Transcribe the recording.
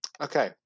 Okay